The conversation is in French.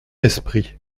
esprit